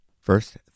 first